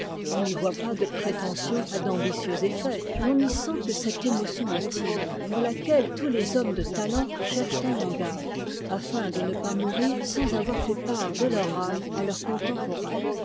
on n'y voit pas de prétentions à d'ambitieux effets l'on n'y sent que cette émotion intime pour laquelle tous les hommes de talent cherchent un langage afin de ne pas mourir sans avoir fait part de teur âme à leurs contemporains